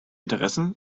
interessen